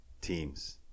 teams